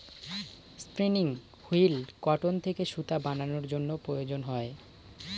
spinning wheel cotton থেকে সুতা বানানোর জন্য প্রয়োজন হয়